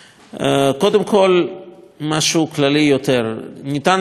קודם כול משהו כללי יותר: אפשר לשמוע קולות,